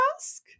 ask